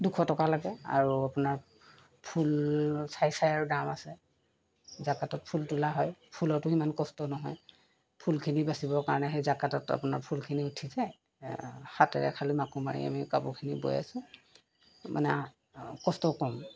দুশ টকা লাগে আৰু আপোনাৰ ফুল চাই চাই আৰু দাম আছে জাকাতত ফুল তোলা হয় ফুলতো সিমান কষ্ট নহয় ফুলখিনি বাচিবৰ কাৰণে সেই জাকতত আপোনাৰ ফুলখিনি উঠি যায় হাতেৰে খালি মাকো মাৰি আমি কাপোৰখিনি বৈ আছো মানে কষ্ট কম